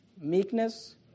Meekness